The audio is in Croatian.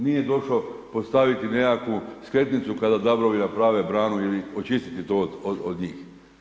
Nije došao postaviti nekakvu skretnicu kada dabrovi nabrane branu i očistiti to od njih.